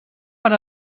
per